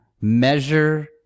measure